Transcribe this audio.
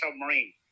submarine